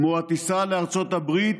כמו הטיסה לארצות הברית,